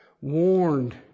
warned